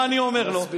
מה אני אומר לו,